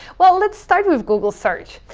well, let's start with google search.